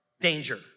danger